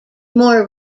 more